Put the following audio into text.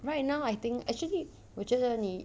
right now I think actually 我觉得你